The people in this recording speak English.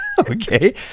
Okay